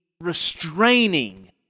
restraining